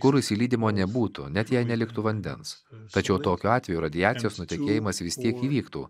kuro išsilydymo nebūtų net jei neliktų vandens tačiau tokiu atveju radiacijos nutekėjimas vis tiek įvyktų